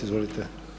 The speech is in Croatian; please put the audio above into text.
Izvolite.